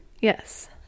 Yes